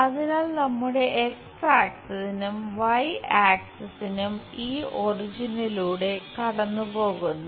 അതിനാൽ നമ്മുടെ എക്സ് ആക്സിസും വൈ ആക്സിസും ഈ ഒറിജിനിലൂടെ കടന്നുപോകുന്നു